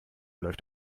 läuft